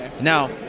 Now